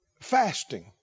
fasting